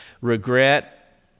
regret